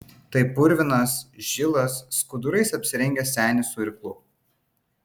tai purvinas žilas skudurais apsirengęs senis su irklu